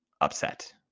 upset